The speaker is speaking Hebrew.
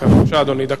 בבקשה, אדוני, דקה.